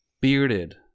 bearded